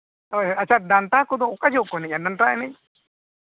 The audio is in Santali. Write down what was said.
ᱦᱳᱭ ᱦᱳᱭ ᱟᱪᱪᱷᱟ ᱰᱟᱱᱴᱟ ᱠᱚᱫᱚ ᱚᱠᱟ ᱡᱚᱦᱚᱜ ᱠᱚ ᱮᱱᱮᱡᱟ ᱰᱟᱱᱴᱟ ᱮᱱᱮᱡ